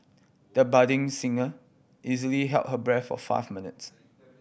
the budding singer easily held her breath for five minutes